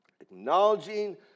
Acknowledging